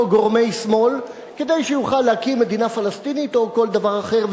גורמי שמאל כדי שיוכל להקים מדינה פלסטינית או כל דבר אחר.